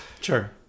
Sure